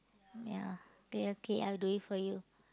ya okay okay I will do it for you